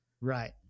Right